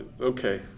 Okay